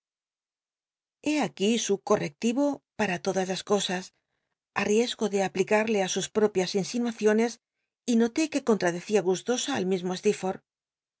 hé aqui su correcli m para todas las cosas á riesgo de aplical'le lí sus propias insinuaciones y noté que con tradecía gustosa al mismo steerforth